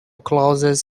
closes